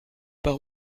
pas